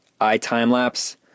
iTimelapse